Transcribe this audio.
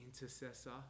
intercessor